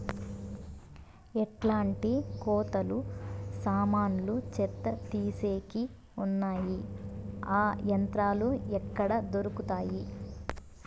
ఎట్లాంటి కోతలు సామాన్లు చెత్త తీసేకి వున్నాయి? ఆ యంత్రాలు ఎక్కడ దొరుకుతాయి?